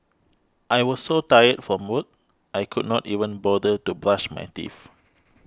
I was so tired from work I could not even bother to brush my teeth